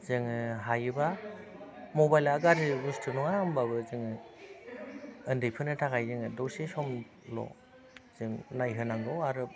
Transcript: जोङो हायोबा मबाइलआ गाज्रि बुस्तु नङा होनबाबो जोङो उन्दैफोरनि थाखाय जोङो दसे समल' जों नायहोनांगौ आरो